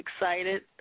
excited